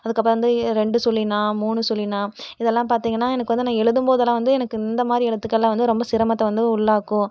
அதுக்கப்புறம் வந்து ரெண்டு சுழி னா மூணு சுழி ணா இதெல்லாம் பார்த்திங்கன்னா எனக்கு வந்து நான் எழுதும் போதெல்லாம் வந்து எனக்கு இந்த மாதிரி எழுத்துக்கள்லாம் வந்து ரொம்ப சிரமத்தை வந்து உள்ளாக்கும்